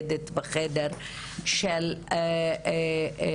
זה באמת חשוב מאוד.